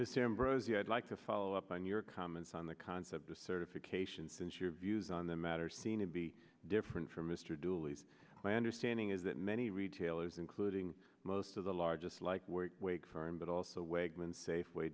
the sam bros the i'd like to follow up on your comments on the concept of certification since your views on the matter seem to be different for mr dooley's my understanding is that many retailers including most of the largest like we're wait for him but also wagman safeway